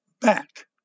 back